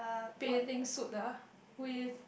bathing suit ah with